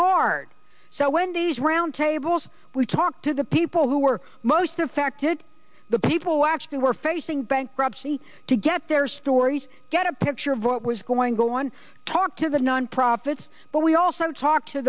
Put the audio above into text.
hard so when these roundtables we talked to the people who were most affected the people actually were facing bankruptcy to get their stories get a picture of what was going on talk to the nonprofits but we also talk to